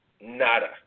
nada